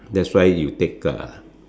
that's why you take a